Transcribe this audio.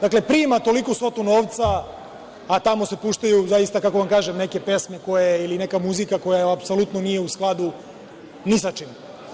Dakle, prima toliku svotu novca, a tamo se puštaju, zaista kako da vam kažem, neke pesme koje ili neka muzika koja apsolutno nije u skladu ni sa čim.